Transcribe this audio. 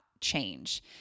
change